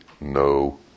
no